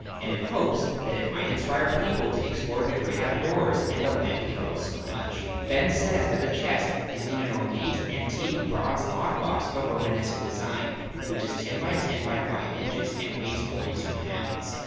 and in hopes that it might inspire people to explore the great outdoors and the land he loved so much. fenn says that the chest is in an ornate, antique bronze lockbox of romanesque design which is ten by ten by five inches, and weighs forty two pounds.